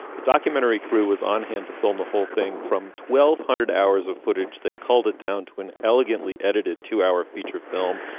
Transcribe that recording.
a documentary crew was on hand to film the whole thing from twelve hundred hours of footage. they called it down to an elegantly edited two hour feature film.